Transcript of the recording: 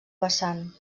vessant